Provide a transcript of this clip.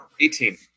Eighteen